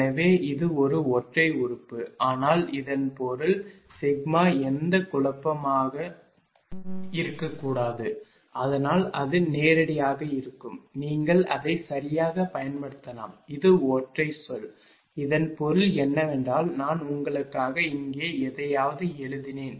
எனவே இது ஒரு ஒற்றை உறுப்பு ஆனால் இதன் பொருள் சிக்மா எந்த குழப்பமாகவும் இருக்கக்கூடாது அதனால் அது நேரடியாக இருக்கும் நீங்கள் அதை சரியாகப் பயன்படுத்தலாம் இது ஒற்றை சொல் இதன் பொருள் என்னவென்றால் நான் உங்களுக்காக இங்கே எதையாவது எழுதினேன்